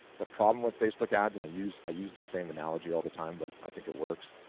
the problem with facebook ads, and i use i use the same analogy all the time, but i think it works,